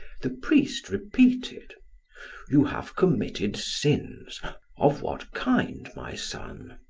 the priest repeated you have committed sins of what kind, my son?